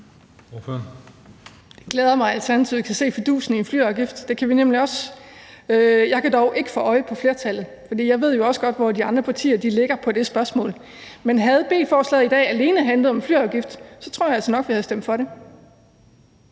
Det glæder mig, at Alternativet kan se fidusen i en flyafgift; det kan vi nemlig også. Jeg kan dog ikke få øje på flertallet, for jeg ved jo også godt, hvor de andre partier ligger på det spørgsmål. Men havde beslutningsforslaget i dag handlet alene om flyafgift, så tror jeg nok, at vi havde stemt for det.